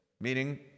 meaning